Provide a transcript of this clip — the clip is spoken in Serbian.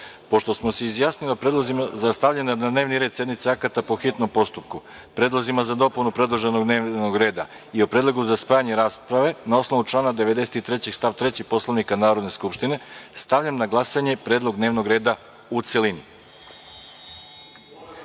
smo se izjasnili o predlozima za stavljanje na dnevni red sednice akata po hitnom postupku, predlozima za dopunu predloženog dnevnog reda i o predlogu za spajanje rasprave, na osnovu člana 93. stav 3. Poslovnika Narodne skupštine, stavljam na glasanje predlog dnevnog reda u celini. Molim